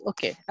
Okay